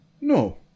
No